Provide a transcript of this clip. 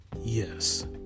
Yes